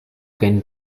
can